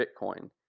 Bitcoin